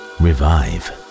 revive